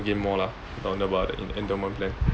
again more lah ab~ about the endowment plan